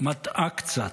מטעה קצת.